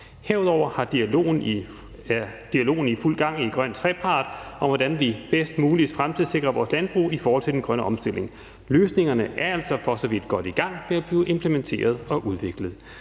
Herudover er dialogen i fuld gang i Grøn trepart om, hvordan vi bedst muligt fremtidssikrer vores landbrug i forhold til den grønne omstilling. Løsningerne er altså for så vidt godt i gang med at blive implementeret og udviklet.